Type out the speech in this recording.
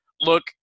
Look